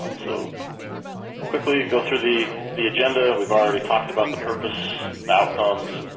um so quickly go through the the agenda we've already talked about the purpose, out comes,